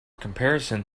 comparison